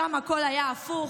שם הכול היה הפוך,